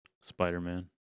Spider-Man